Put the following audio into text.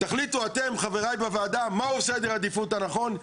תחליטו אתם, חבריי בוועדה, מהו סדר העדיפות הנכון.